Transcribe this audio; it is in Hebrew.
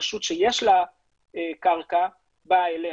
רשות שיש לה קרקע באה אלינו,